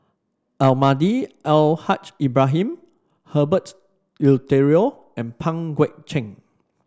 Almahdi Al Haj Ibrahim Herbert Eleuterio and Pang Guek Cheng